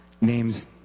names